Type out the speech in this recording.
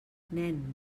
nen